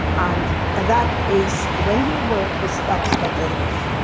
and and that is when you work with dutch metal leaf,